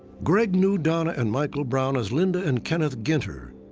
greg knew donna and michael brown as linda and kenneth ginter.